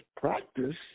practice